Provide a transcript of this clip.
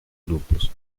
grupos